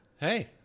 Hey